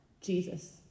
Jesus